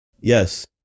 yes